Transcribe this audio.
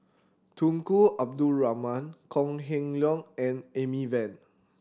Tunku Abdul Rahman Kok Heng Leun and Amy Van